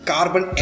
Carbon